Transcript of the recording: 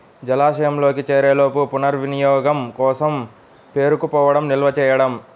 జలాశయంలోకి చేరేలోపు పునర్వినియోగం కోసం పేరుకుపోవడం నిల్వ చేయడం